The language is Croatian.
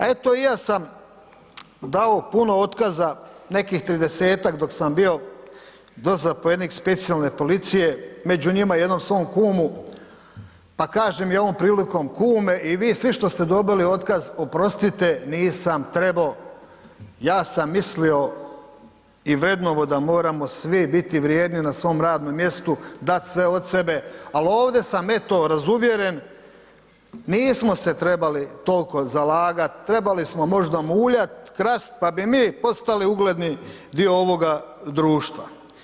A eto i ja sam dao puno otkaza, nekih 30-tak dok sam bio dozapovjednik specijalne policije, među njima jednom svom kumu, pa kažem i ovom prilikom, kume i vi svi što ste dobili otkaz oprostite nisam trebo, ja sam mislio i vrednovo da moramo svi biti vrijedni na svom radnom mjestu, dat sve od sebe, al ovde sam eto razuvjeren, nismo se trebali tolko zalagat, trebali smo možda muljat, krast, pa bi mi postali ugledni dio ovoga društva.